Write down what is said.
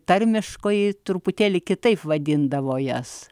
tarmiškai truputėlį kitaip vadindavo jas